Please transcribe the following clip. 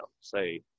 say